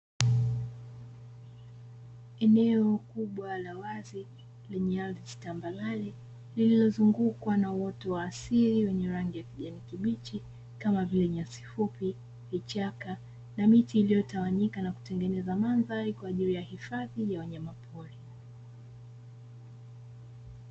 Eneo kubwa la wazi lenye ardhi tambarare, lililozungukwa na uoto wa asili wenye rangi ya kijani kibichi, kama vile nyasi fupi, vichaka na miti iliyotawanyika na kutengeneza mandhari, kwa ajili ya hifadhi ya wanyama pori.